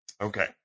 Okay